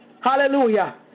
hallelujah